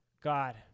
God